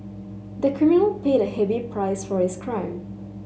the criminal paid a heavy price for his crime